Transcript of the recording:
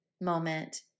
moment